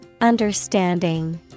Understanding